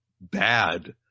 bad